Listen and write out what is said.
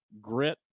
grit